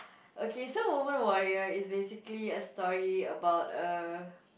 okay so Woman-Warrior is basically a story about a